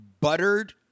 buttered